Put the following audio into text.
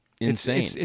Insane